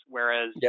Whereas